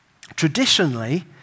traditionally